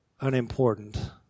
unimportant